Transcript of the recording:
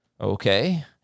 Okay